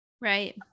right